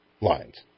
lines